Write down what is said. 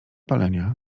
palenia